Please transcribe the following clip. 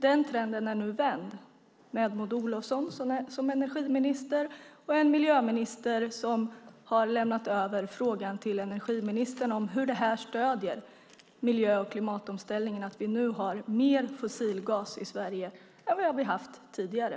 Den trenden är nu vänd med Maud Olofsson som energiminister och med en miljöminister som har lämnat över frågan till energiministern, om hur det här stöder miljö och klimatomställningen, att vi nu har mer fossilgas i Sverige än vad vi har haft tidigare.